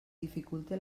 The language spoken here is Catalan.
dificulte